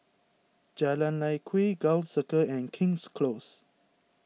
Jalan Lye Kwee Gul Circle and King's Close